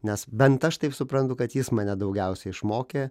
nes bent aš taip suprantu kad jis mane daugiausiai išmokė